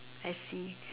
I see